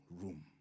room